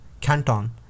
Canton